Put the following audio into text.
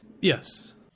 Yes